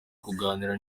kuganira